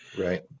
Right